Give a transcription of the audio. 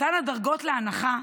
מתן הדרגות להנחה,